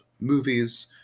movies